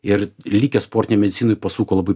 ir likę sportinėj medicinoj pasuko labai